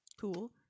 Cool